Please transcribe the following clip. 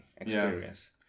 experience